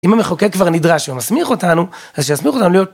אם המחוקק כבר נדרש ומסמיך אותנו, אז שיסמיך אותנו להיות.